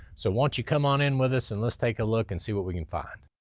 so why don't you come on in with us and let's take a look and see what we can find.